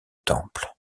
temple